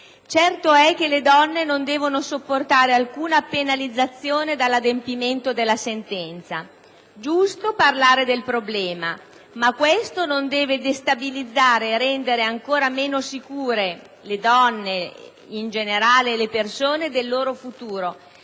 Certo è che per le donne non deve derivare alcuna penalizzazione dall'adempimento della sentenza: giusto parlare del problema, ma questo non deve destabilizzare e rendere ancora meno sicure le donne, e in generale le persone, del loro futuro,